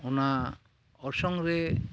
ᱚᱱᱟ ᱚᱨᱥᱚᱝ ᱨᱮ